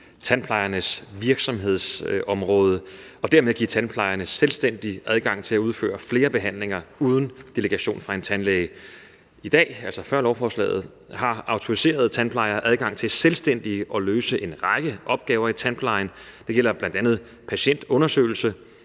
tandplejernes virksomhedsområde og dermed give tandplejerne selvstændig adgang til at udføre flere behandlinger uden delegation fra en tandlæge. I dag, altså før lovforslagets vedtagelse, har autoriserede tandplejere adgang til selvstændigt at løse en række opgaver i tandplejen, og det gælder bl.a. patientundersøgelse,